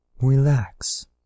relax